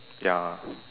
ya